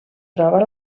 troba